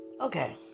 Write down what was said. Okay